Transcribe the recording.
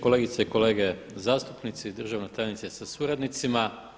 Kolegice i kolege zastupnici, državna tajnice sa suradnicima.